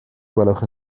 gwelwch